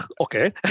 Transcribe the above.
okay